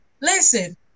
Listen